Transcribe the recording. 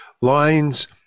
lines